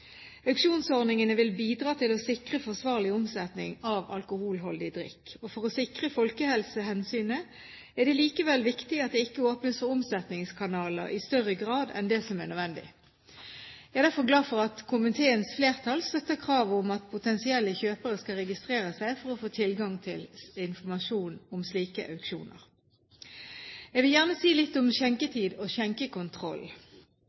Auksjonsordningene vil bidra til å sikre forsvarlig omsetning av alkoholholdig drikk. For å sikre folkehelsehensynet er det likevel viktig at det ikke åpnes for omsetningskanaler i større grad enn det som er nødvendig. Jeg er derfor glad for at komiteens flertall støtter kravet om at potensielle kjøpere skal registrere seg for å få tilgang til informasjon om slike auksjoner. Jeg vil gjerne si litt om